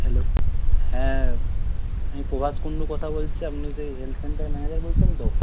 hello হ্যাঁ আমি প্রভাস কুন্ডু কথা বলছি আপনি সেই হেলথ সেন্টারের ম্যানেজার বলছেন তো